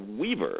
Weaver